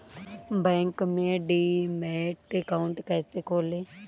Bank में demat account कैसे खोलें?